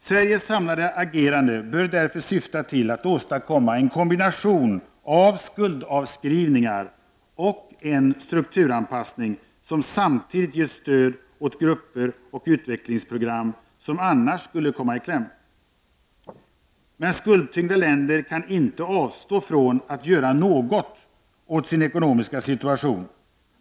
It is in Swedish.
Sveriges samlade agerande bör därför syfta till att åstadkomma en kombination av skuldavskrivningar och en strukturanpassning som samtidigt ger stöd åt grupper och utvecklingsprogram som annars skulle komma i kläm. Skuldtyngda länder kan dock inte avstå från att göra något åt sin ekonomiska situation.